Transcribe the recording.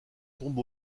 tombe